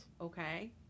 okay